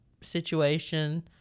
situation